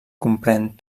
comprèn